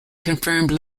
confirmed